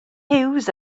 huws